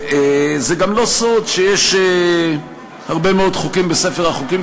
זה גם לא סוד שיש הרבה מאוד חוקים בספר החוקים